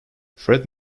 fred